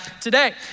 today